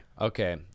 okay